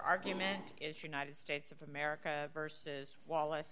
argument is united states of america versus wallace